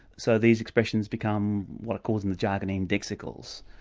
so these expressions become what are causing jargon indexicals.